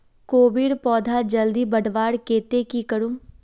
कोबीर पौधा जल्दी बढ़वार केते की करूम?